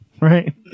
Right